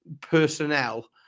personnel